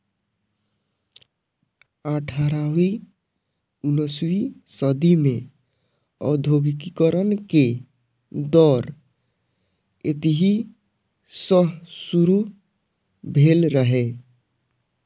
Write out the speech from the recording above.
अठारहवीं उन्नसवीं सदी मे औद्योगिकीकरण के दौर एतहि सं शुरू भेल रहै